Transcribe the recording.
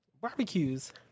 barbecues